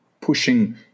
pushing